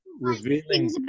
revealing